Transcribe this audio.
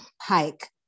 hike